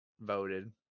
Voted